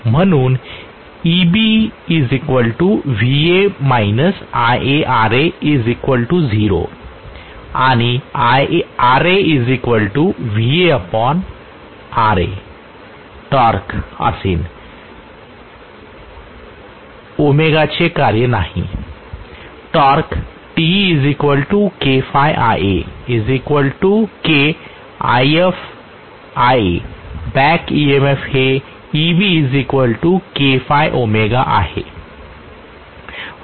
म्हणून Eb Va IaRa0 आणि RaVaRa torque हे असेन ω चे कार्य नाही टॉर्क TeKɸIaKIfIa बॅक EMF हे Eb Kɸω आहे